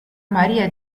maria